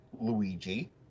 Luigi